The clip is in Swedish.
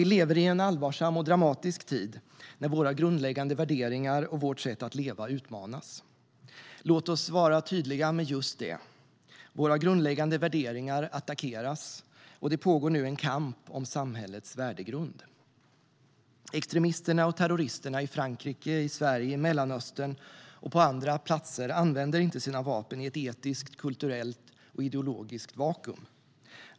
Vi lever i en allvarsam och dramatisk tid, när våra grundläggande värderingar och vårt sätt att leva utmanas. Låt oss vara tydliga med just detta: Våra grundläggande värderingar attackeras och det pågår nu en kamp om samhällets värdegrund. Extremisterna och terroristerna i Frankrike, i Sverige, i Mellanöstern och på andra platser använder inte sina vapen i ett etiskt, kulturellt och ideologiskt vakuum.